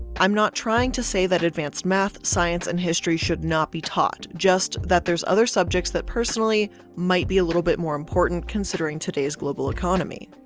i'm not trying to say that advanced math, science and history should not be taught just that there's other subjects that personally might be a little bit more important considering today's global economy.